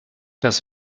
das